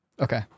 Okay